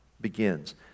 begins